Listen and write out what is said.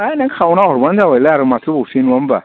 है नों खावना हरबानो जाबायलै आरो माथो बावसै नङा होमबा